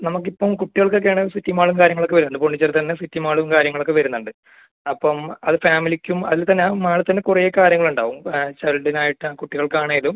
നമുക്കിപ്പം കുട്ടികൾക്ക് ഒക്കെ ആണ് സിറ്റി മാളും കാര്യങ്ങളുമൊക്കെ വരുന്നുണ്ട് പോണ്ടിച്ചേരി തന്നെ സിറ്റി മാളും കാര്യങ്ങളുമൊക്കെ വരുന്നുണ്ട് അപ്പം അത് ഫാമിലിക്കും അതിൽ തന്നെ മാള് തന്നെ കുറേ കാര്യങ്ങൾ ഉണ്ടാവും ചൈൽഡിനായിട്ട് കുട്ടികൾക്ക് ആണെങ്കിലും